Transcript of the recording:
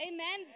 Amen